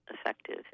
effective